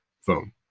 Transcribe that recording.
phone